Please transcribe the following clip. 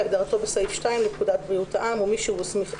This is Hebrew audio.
"המנהל" כהגדרתו בסעיף 2 לפקודת בריאות העם ומי